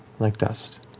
like dust.